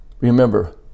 Remember